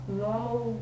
normal